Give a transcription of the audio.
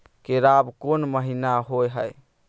केराव कोन महीना होय हय?